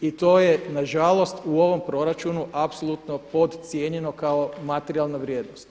I to je na žalost u ovom proračunu apsolutno podcijenjeno kao materijalna vrijednost.